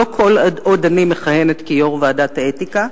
לא כל עוד אני מכהנת כיושבת-ראש ועדת האתיקה,